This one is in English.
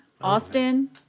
Austin